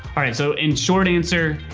all right. so in short answer,